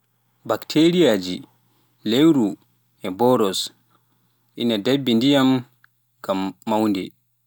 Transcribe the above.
Bakteriiji, lewru, e mboros ina ɗaɓɓi ndiyam ngam mawnude.